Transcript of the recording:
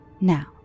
Now